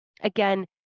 again